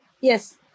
Yes